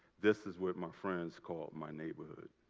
this is where my friends called my neighborhood.